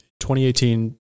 2018